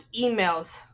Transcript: emails